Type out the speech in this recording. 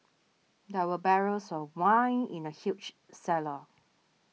there were barrels of wine in the huge cellar